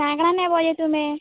କା କାଣା ନେବ ଯେ ତୁମେ